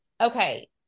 Okay